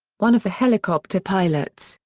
one of the helicopter pilots,